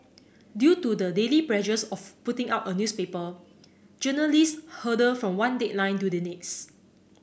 due to the daily pressures of putting out a newspaper journalists hurtle from one deadline to the next